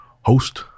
host